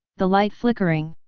the light flickering.